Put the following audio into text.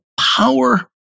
power